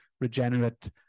regenerate